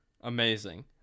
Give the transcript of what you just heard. amazing